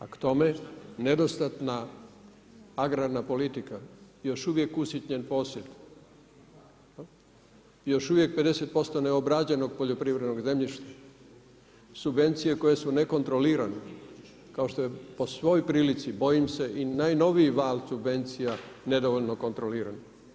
A k tome nedostatna agrarna politika, još uvijek usitnjen posjed, još uvijek 50% neobrađenog poljoprivrednog zemljišta, subvencije koje su nekontrolirane, ako što je po svojoj prilici bojim se i najnoviji val subvencija, nedovoljno kontrolirane.